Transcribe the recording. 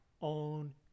own